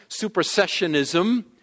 supersessionism